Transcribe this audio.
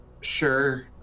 Sure